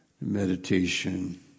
Meditation